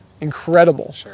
incredible